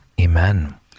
amen